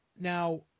Now